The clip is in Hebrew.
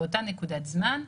באותה נקודת זמן,